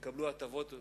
שיקבלו הטבות מס,